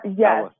yes